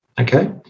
Okay